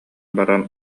баран